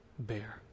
Bear